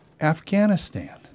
Afghanistan